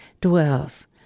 dwells